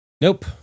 Nope